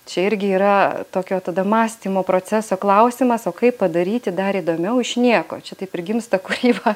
čia irgi yra tokio tada mąstymo proceso klausimas o kaip padaryti dar įdomiau iš nieko čia taip ir gimsta kūryba